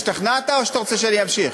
השתכנעת או שאתה רוצה שאני אמשיך?